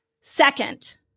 Second